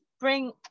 Bring